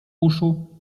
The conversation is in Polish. uszu